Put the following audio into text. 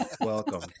Welcome